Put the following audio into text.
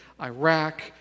Iraq